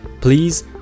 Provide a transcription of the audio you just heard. Please